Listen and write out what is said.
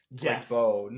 Yes